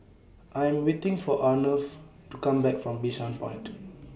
I Am waiting For Arnav to Come Back from Bishan Point